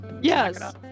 Yes